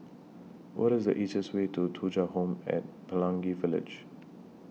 What IS The easiest Way to Thuja Home At Pelangi Village